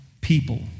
people